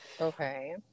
Okay